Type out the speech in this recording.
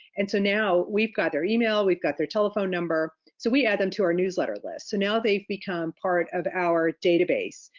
and so now we've got their email, we've got their telephone number, so we add them to our newsletter list. so now they've become part of our database.